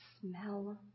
Smell